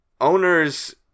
owners